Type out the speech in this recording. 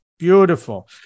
Beautiful